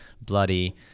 bloody